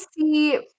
see